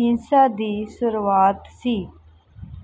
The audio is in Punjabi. ਹਿੰਸਾ ਦੀ ਸ਼ੁਰੂਆਤ ਸੀ